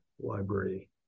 library